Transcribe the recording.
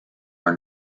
are